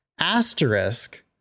asterisk